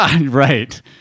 Right